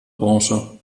branche